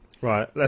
Right